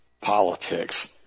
politics